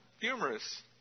humorous